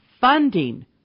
funding